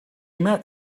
met